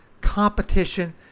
competition